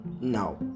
No